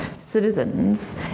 citizens